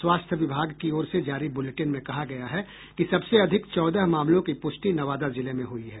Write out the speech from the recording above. स्वास्थ्य विभाग की ओर से जारी बुलेटिन में कहा गया है कि सबसे अधिक चौदह मामलों की पुष्टि नवादा जिले में हुई है